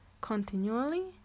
Continually